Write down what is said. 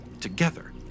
together